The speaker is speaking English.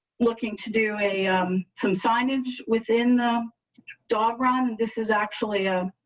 looking to do a some signage within the dog run. and this is actually a